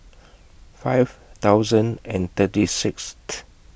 five thousand and thirty Sixth